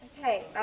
Okay